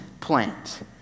plant